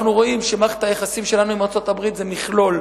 אנחנו רואים שמערכת היחסים שלנו עם ארצות-הברית זה מכלול,